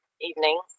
evening